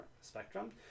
spectrum